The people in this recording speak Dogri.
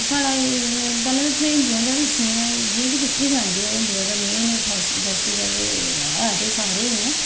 साढ़ा पैह्लें में तुसेंई हिंदुएं दे गै दस्सनी आ जि'यां के तुस बी जानदे ओ हिंदुएं दा मेंन फैस्टीबल ऐ ते सारें ई न